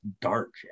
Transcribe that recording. dark